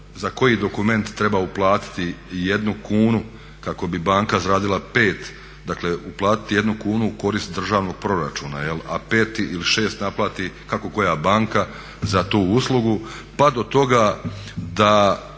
za koji dokument treba uplatiti 1 kunu kako bi banka zaradila 5, dakle uplatiti 1 kunu u korist državnog proračuna, a 5 ili 6 naplati, kako koja banka, za tu uslugu pa do toga da